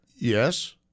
Yes